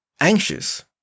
anxious